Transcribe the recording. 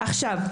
עכשיו,